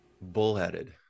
bullheaded